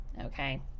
Okay